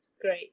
Great